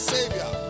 Savior